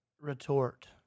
retort